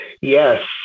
Yes